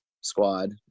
squad